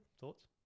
Thoughts